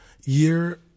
year